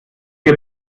wir